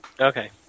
okay